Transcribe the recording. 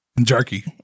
Jerky